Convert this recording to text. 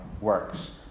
works